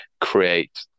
create